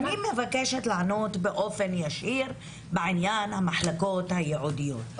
אני מבקשת לענות באופן ישיר בעניין המחלקות הייעודיות,